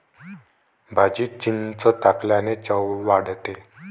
भाजीत चिंच टाकल्याने चव वाढते